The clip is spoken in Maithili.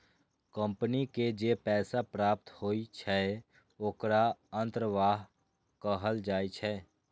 कंपनी के जे पैसा प्राप्त होइ छै, ओखरा अंतर्वाह कहल जाइ छै